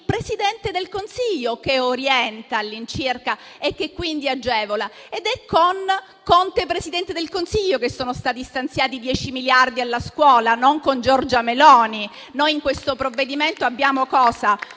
Presidente del Consiglio che orienta all'incirca e, quindi, agevola. Ed è con Conte presidente del Consiglio che sono stati stanziati 10 miliardi per la scuola, non con Giorgia Meloni. Noi in questo provvedimento cos'abbiamo?